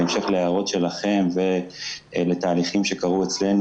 בהמשך להערות שלכם ולתהליכים שקרו אצלנו